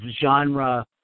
genre